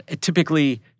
typically